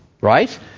right